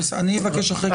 אני אבקש רשות דיבור.